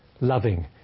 loving